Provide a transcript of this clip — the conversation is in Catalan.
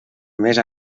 més